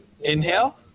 Inhale